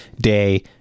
day